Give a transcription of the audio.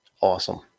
awesome